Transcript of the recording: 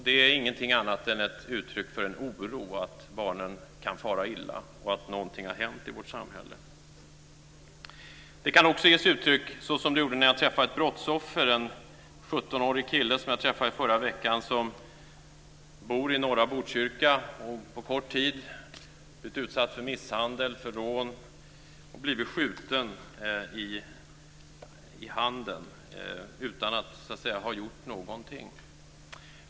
Det är inget annat än ett uttryck för oro för att barnen kan fara illa och för att något har hänt i vårt samhälle. Det kan också ta sig sådana uttryck som det gjorde när jag träffade ett brottsoffer. Det var en 17-årig kille som jag träffade i förra veckan. Han bor i norra Botkyrka och har på kort tid blivit utsatt för misshandel och rån och blivit skjuten i handen utan att ha gjort någonting.